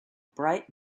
bright